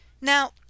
Now